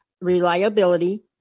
reliability